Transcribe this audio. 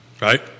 right